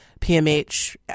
PMH